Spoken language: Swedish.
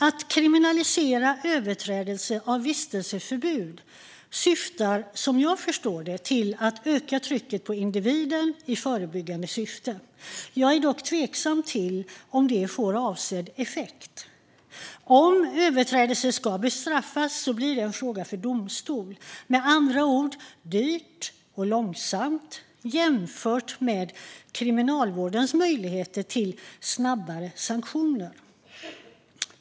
Att kriminalisera överträdelse av vistelseförbud syftar som jag förstår det till att öka trycket på individen i förebyggande syfte. Jag är dock tveksam till om det får avsedd effekt. Om överträdelse ska bestraffas blir det en fråga för domstol, med andra ord dyrt och långsamt jämfört med Kriminalvårdens möjligheter till snabbare sanktioner.